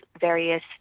various